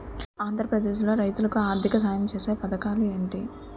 ఆంధ్రప్రదేశ్ లో రైతులు కి ఆర్థిక సాయం ఛేసే పథకాలు ఏంటి?